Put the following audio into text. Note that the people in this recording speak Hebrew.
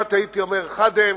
כמעט הייתי אומר חד הם,